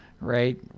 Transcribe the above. right